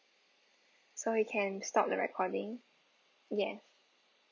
so you can stop the recording yes